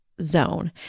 Zone